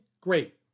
Great